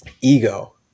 Ego